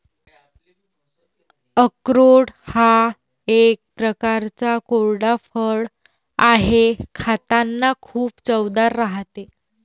अक्रोड हा एक प्रकारचा कोरडा फळ आहे, खातांना खूप चवदार राहते